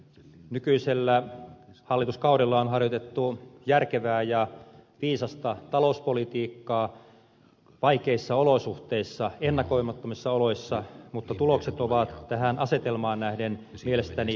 nykyisellä hallituskaudella on harjoitettu järkevää ja viisasta talouspolitiikkaa vaikeissa olosuhteissa ennakoimattomissa oloissa mutta tulokset ovat tähän asetelmaan nähden mielestäni hyvät